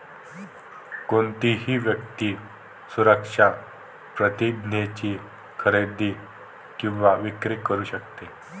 कोणतीही व्यक्ती सुरक्षा प्रतिज्ञेची खरेदी किंवा विक्री करू शकते